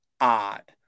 odd